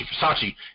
Versace